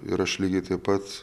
ir aš lygiai taip pat